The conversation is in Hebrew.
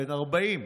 בן 40,